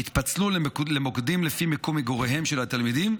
התפצלו למוקדים לפי מקום מגוריהם של התלמידים,